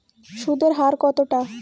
সুদের হার কতটা?